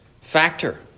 factor